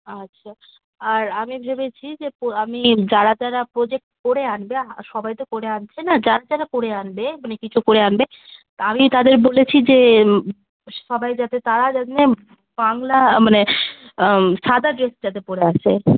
আচ্ছা আর আমি ভেবেছি যে প আমি যারা যারা প্রোজেক্ট করে আনবে আর সবাই তো করে আনছে না যারা যারা করে আনবে মানে কিছু করে আনবে তা আমি তাদের বলেছি যে সবাই যাতে তারা যাতে বাংলা মানে সাদা ড্রেস যাতে পরে আসে